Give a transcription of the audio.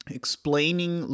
explaining